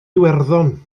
iwerddon